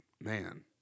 man